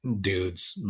dude's